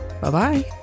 Bye-bye